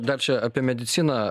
dar čia apie mediciną